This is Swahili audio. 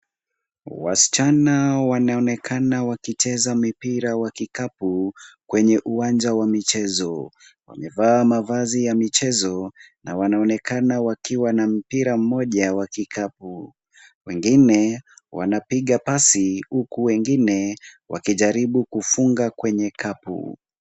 Wasichana wanaonekana wakicheza mipira wa kikapu kwenye uwanja wa michezo. Wamevaa mavazi ya michezo na wanaonekana wakiwa na mpira mmoja wa kikapu. Wengine wanapiga pasi huku wengine wakijaribu kufunga kwenye kapu.